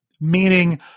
meaning